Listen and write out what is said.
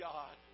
God